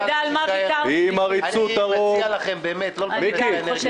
יאללה, חבר'ה, אני מיציתי.